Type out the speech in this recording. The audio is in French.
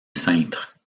cintre